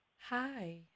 Hi